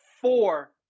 four